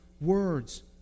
words